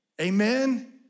amen